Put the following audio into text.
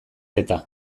eta